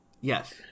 Yes